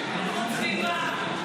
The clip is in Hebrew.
סביבה.